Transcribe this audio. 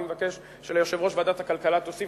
אני מבקש שליושב-ראש ועדת הכלכלה תוסיף